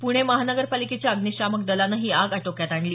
पुणे महानगरपालिकेच्या अग्निशामक दलानं ही आग आटोक्यात आणली